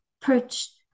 perched